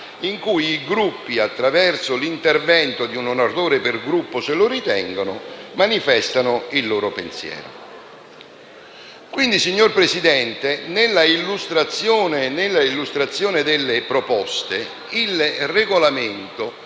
in cui i Gruppi, attraverso l'intervento di un oratore per Gruppo, se lo ritengono, manifestano il loro pensiero. Pertanto, signor Presidente, nell'illustrazione delle proposte, il Regolamento